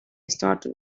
startled